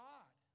God